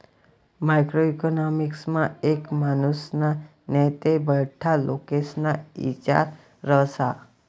macro इकॉनॉमिक्समा एक मानुसना नै ते बठ्ठा लोकेस्ना इचार रहास